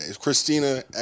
Christina